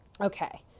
okay